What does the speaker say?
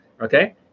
okay